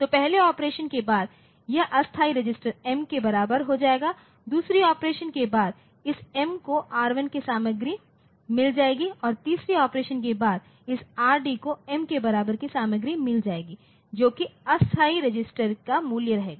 तो पहले ऑपरेशन के बाद यह अस्थायी रजिस्टर M के बराबर हो जाएगा दूसरे ऑपरेशन के बाद इस m को R1 की सामग्री मिल जाएगी और तीसरे ऑपरेशन के बाद इस Rd को m के बराबर की सामग्री मिल जाएगी जो कि अस्थायी रजिस्टर्ड का मूल्य मिलेगा